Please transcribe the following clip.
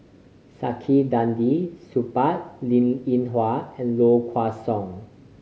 Saktiandi Supaat Linn In Hua and Low Kway Song